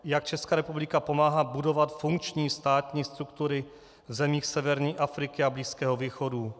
Jak Česká republika pomáhá budovat funkční státní struktury v zemích severní Afriky a Blízkého východu?